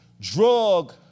drug